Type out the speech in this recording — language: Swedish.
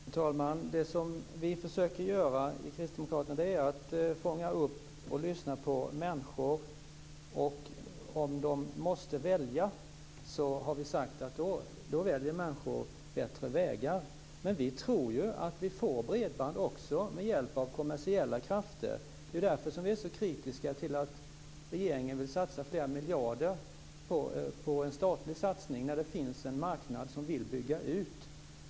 Fru talman! Det som vi försöker göra från Kristdemokraterna är att fånga upp och lyssna på människor. Om de måste välja har vi sagt att då väljer människor bättre vägar. Men vi tror ju att vi får bredband också med hjälp av kommersiella krafter. Det är därför som vi är så kritiska till att regeringen vill satsa flera miljarder i en statlig satsning när det finns en marknad som vill bygga ut.